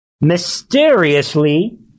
mysteriously